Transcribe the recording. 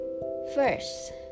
first